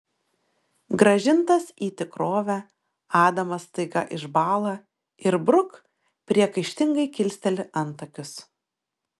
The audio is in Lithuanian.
grąžintas į tikrovę adamas staiga išbąla ir bruk priekaištingai kilsteli antakius